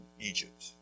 Egypt